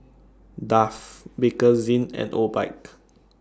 Dove Bakerzin and Obike